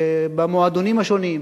במועדונים השונים.